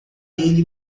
ele